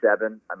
seven